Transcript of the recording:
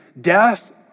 Death